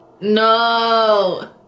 No